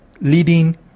leading